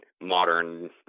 modern